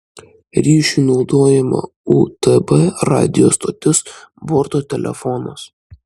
ryšiui naudojama utb radijo stotis borto telefonas